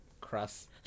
Crust